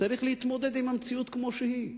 צריך להתמודד עם המציאות כמו שהיא.